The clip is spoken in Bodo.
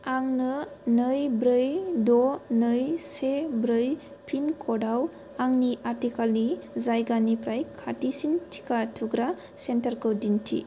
आंनो नै ब्रै द' नै से ब्रै पिन क'डआव आंनि आथिखालनि जायगानिफ्राय खाथिसिन टिका थुग्रा सेन्टारखौ दिन्थि